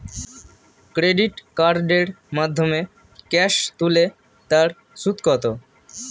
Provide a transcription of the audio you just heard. Credit কার্ডের মাধ্যমে cash তুলে তার সুদ কত?